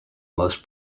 most